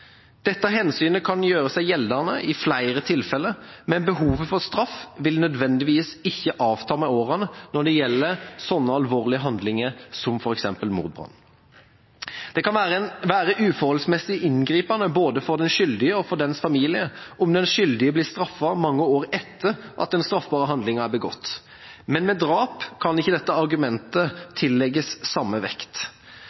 Dette hensynet kan gjøre seg gjeldende i flere tilfeller, men behovet for straff vil nødvendigvis ikke avta med årene når det gjelder slike alvorlige handlinger som f.eks. mordbrann. Det kan være uforholdsmessig inngripende, både for den skyldige og dens familie, om den skyldige blir straffet mange år etter at den straffbare handlingen er begått, men ved drap kan ikke dette argumentet tillegges samme vekt.